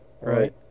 Right